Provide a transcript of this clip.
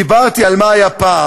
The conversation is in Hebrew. דיברתי על מה היה פעם,